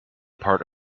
part